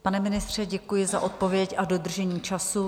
Pane ministře, děkuji za odpověď a dodržení času.